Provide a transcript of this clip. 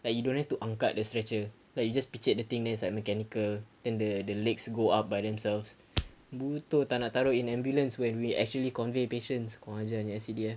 like you don't need to angkat the stretcher like you just picik the thing then it's like mechanical then the the legs go up by themselves bodoh tak nak taruh in ambulance when we actually convey patients ke mana yang sedia